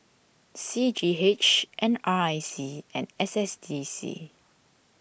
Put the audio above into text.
C G H N R I C and S S D C